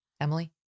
Emily